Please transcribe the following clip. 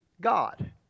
God